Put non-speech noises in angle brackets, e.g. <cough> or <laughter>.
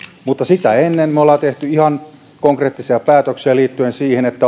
mutta sitä ennen me olemme tehneet ihan konkreettisia päätöksiä liittyen siihen että <unintelligible>